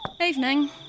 Evening